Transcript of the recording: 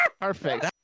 Perfect